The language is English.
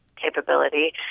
capability